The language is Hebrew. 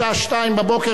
בשעה 02:00,